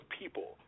people